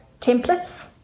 templates